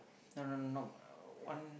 no no no not uh one